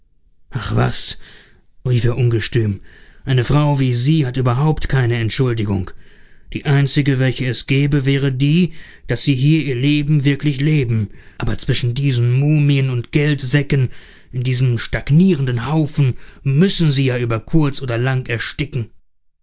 ach was rief er ungestüm eine frau wie sie hat überhaupt keine entschuldigung die einzige welche es gäbe wäre die daß sie hier ihr leben wirklich leben aber zwischen diesen mumien und geldsäcken in diesem stagnierenden haufen müssen sie ja über kurz oder lang ersticken